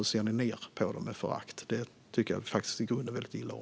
Ni ser på dem med förakt. Det tycker jag faktiskt väldigt illa om.